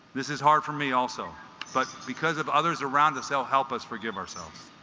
this is hard for me also but because of others around us he'll help us forgive ourselves